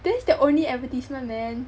that's their only advertisement man